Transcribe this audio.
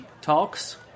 talks